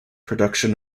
production